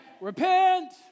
Repent